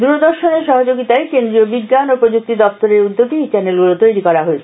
দূরদর্শনের সহযোগিতায় কেন্দ্রীয় বিজ্ঞান ও প্রযুক্তি দপ্তরের উদ্যোগে এই চ্যানেলগুলো তৈরী হয়েছে